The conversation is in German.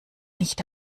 nicht